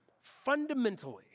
fundamentally